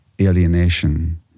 alienation